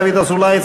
דוד אזולאי,